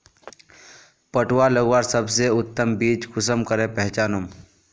पटुआ लगवार सबसे उत्तम बीज कुंसम करे पहचानूम?